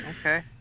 Okay